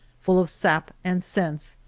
full of sap and sense,